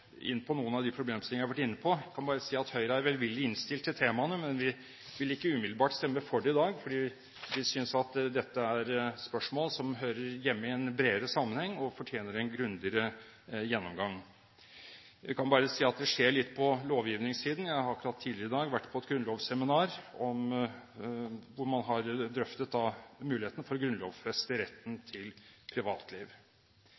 inn på noen av de problemstillingene jeg har vært inne på. Jeg kan bare si at Høyre er velvillig innstilt til temaene, men vi vil ikke umiddelbart stemme for dette i dag, fordi vi synes at dette er spørsmål som hører hjemme i en bredere sammenheng og fortjener en grundigere gjennomgang. Jeg kan bare si at det skjer litt på lovgivningssiden. Jeg har tidligere i dag vært på et grunnlovsseminar, hvor man har drøftet muligheten for å grunnlovfeste